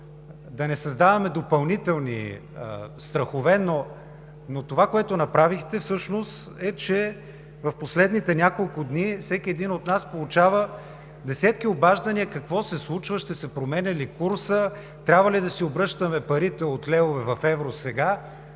да не създаваме допълнителни страхове, но това, което направихте, всъщност е, че в последните няколко дни всеки един от нас получава десетки обаждания: „Какво се случва? Ще се променя ли курсът? Трябва ли да си обръщаме парите от левове в евро сега?“